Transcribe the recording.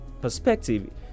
perspective